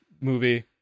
movie